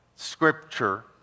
Scripture